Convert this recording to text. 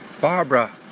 Barbara